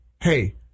hey